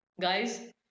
guys